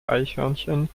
eichhörnchen